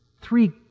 Three